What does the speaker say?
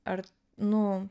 ar nu